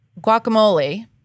guacamole